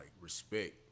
respect